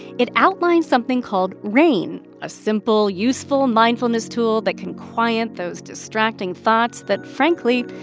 it outlines something called rain, a simple, useful mindfulness tool that can quiet those distracting thoughts that, frankly,